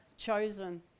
chosen